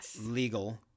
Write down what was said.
legal